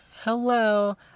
hello